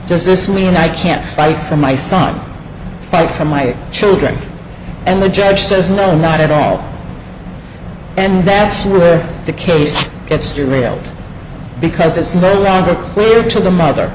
does this mean i can't fight for my son fight for my children and the judge says no not at all and that's really the case gets through mail because it's no longer clear to the mother